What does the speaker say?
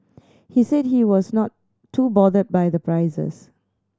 he said he was not too bothered by the prices